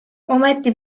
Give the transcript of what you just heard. ometi